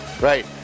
Right